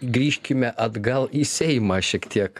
grįžkime atgal į seimą šiek tiek